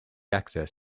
access